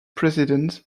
president